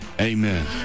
amen